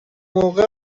موقع